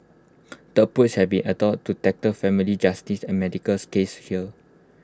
the approach has been adopted to tackle family justice and medicals cases here